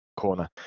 corner